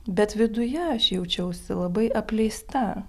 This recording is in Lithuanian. bet viduje aš jaučiausi labai apleista